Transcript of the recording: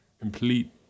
complete